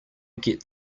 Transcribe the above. get